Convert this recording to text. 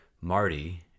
Marty